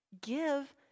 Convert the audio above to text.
give